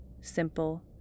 simple